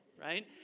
right